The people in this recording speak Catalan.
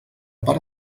pare